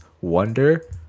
wonder